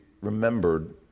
remembered